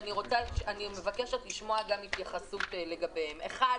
אני מבקשת לשמוע התייחסות לגבי מספר נקודות: ראשית,